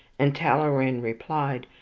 and talleyrand replied,